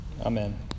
Amen